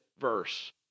verse